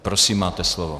Prosím, máte slovo.